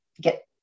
get